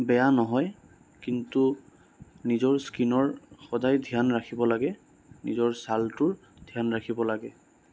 বেয়া নহয় কিন্তু নিজৰ স্কিনৰ সদায় ধ্যান ৰাখিব লাগে নিজৰ ছালটোৰ ধ্যান ৰাখিব লাগে